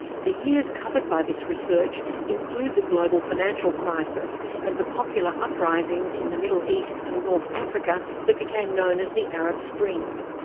the years covered by this research include the global financial crisis and the popular uprisings in the middle east and north africa that became known as the arab spring,